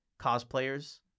cosplayers